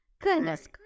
Goodness